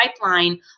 pipeline